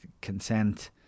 consent